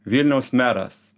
vilniaus meras